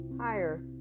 higher